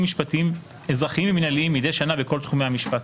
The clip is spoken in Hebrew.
משפטיים אזרחיים ומנהליים מידי שנה בכל תחומי המשפט.